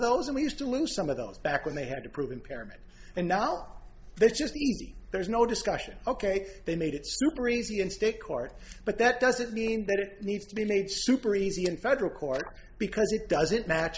those and we used to lose some of those back when they had to prove impairment and nol there's just there's no discussion ok they made it super easy in state court but that doesn't mean that it needs to be made super easy in federal court because it doesn't match